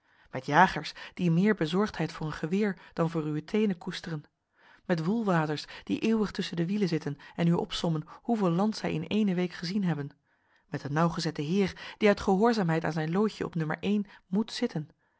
met jagers die meer bezorgdheid voor hun geweer dan voor uwe teenen koesteren met woelwaters die eeuwig tusschen de wielen zitten en u opsommen hoeveel land zij in ééne week gezien hebben met een nauwgezetten heer die uit gehoorzaamheid aan zijn lootje op nummer moet zitten